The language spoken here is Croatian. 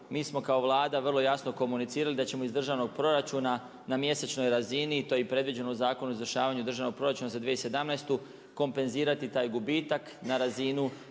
Mi smo kao Vlada vrlo jasno komunicirali da ćemo iz državnog proračuna na mjesečnoj razini, to je i predviđeno u Zakonu o izvršavanju državnog proračuna za 2017. kompenzirati taj gubitak na razinu